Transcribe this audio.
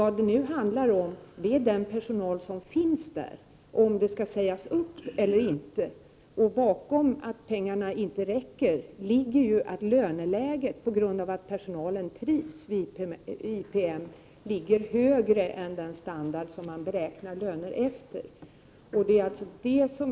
Vad det nu handlar om är den personal som finns vid IPM, och huruvida denna skall sägas upp eller inte. Det som ligger bakom det faktum att pengarna inte räcker är att löneläget för IPM, på grund av att personalen trivs där, ligger högre än den standard efter vilken man beräknar löner.